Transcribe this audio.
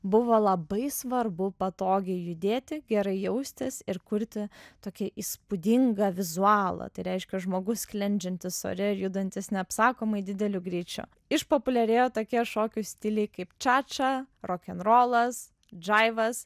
buvo labai svarbu patogiai judėti gerai jaustis ir kurti tokį įspūdingą vizualą tai reiškia žmogus sklendžiantis ore ir judantis neapsakomai dideliu greičiu išpopuliarėjo tokie šokių stiliai kaip ča ča rokenrolas džaivas